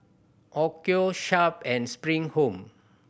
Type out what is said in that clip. Onkyo Sharp and Spring Home